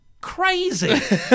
Crazy